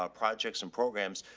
ah projects and programs.